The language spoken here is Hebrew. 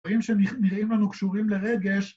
‫דברים שנראים לנו קשורים לרגש.